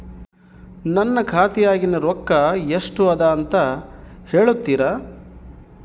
ನನ್ನ ಖಾತೆಯಾಗಿನ ರೊಕ್ಕ ಎಷ್ಟು ಅದಾ ಅಂತಾ ಹೇಳುತ್ತೇರಾ?